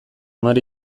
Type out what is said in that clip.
hamar